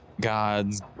gods